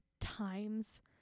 times